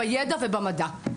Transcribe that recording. בידע ובמדע.